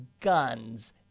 guns